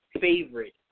favorite